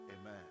Amen